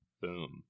Boom